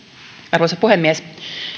arvoisa puhemies